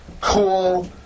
cool